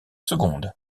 seconde